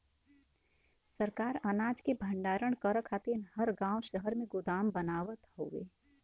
सरकार अनाज के भण्डारण करे खातिर हर गांव शहर में गोदाम बनावत हउवे